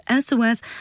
SOS